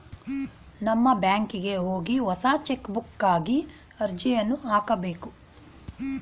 ನಮ್ಮ ಬ್ಯಾಂಕಿಗೆ ಹೋಗಿ ಹೊಸ ಚೆಕ್ಬುಕ್ಗಾಗಿ ಅರ್ಜಿಯನ್ನು ಹಾಕಬೇಕು